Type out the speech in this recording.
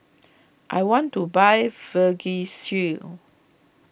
I want to buy Vagisil